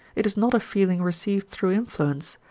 it is not a feeling received through influence,